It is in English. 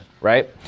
right